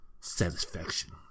satisfaction